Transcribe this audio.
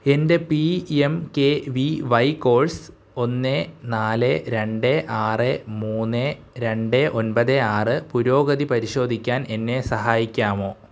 എൻ്റെ P M K V Y course ഒന്ന് നാല് രണ്ട് ആറ് മുന്ന് രണ്ട് ഒൻപത് ആറ് പുരോഗതി പരിശോധിക്കാൻ എന്നെ സഹായിക്കാമോ